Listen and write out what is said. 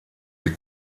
die